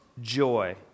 joy